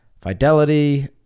Fidelity